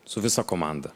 su visa komanda